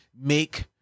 make